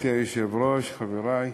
גברתי היושבת-ראש, חברי,